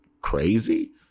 crazy